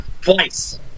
Twice